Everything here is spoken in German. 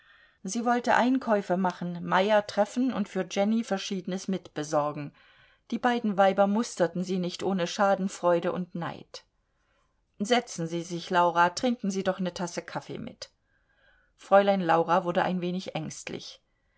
sie wollte einkäufe machen meyer treffen und für jenny verschiedenes mitbesorgen die beiden weiber musterten sie nicht ohne schadenfreude und neid setzen sie sich laura trinken sie doch ne tasse kaffee mit fräulein laura wurde ein wenig ängstlich